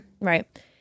Right